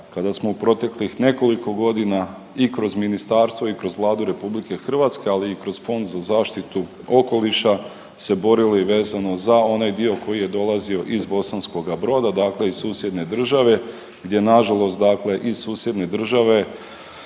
kada smo u proteklih nekoliko godina i kroz ministarstvo i kroz Vladu Republike Hrvatske ali i kroz Fond za zaštitu okoliša se borili vezano za onaj dio koji je dolazio iz Bosanskoga Broda, dakle iz susjedne države, gdje na žalost dakle i susjedne države